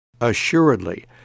Assuredly